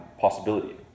possibility